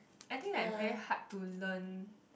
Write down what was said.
I think like very hard to learn